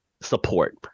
support